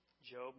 Job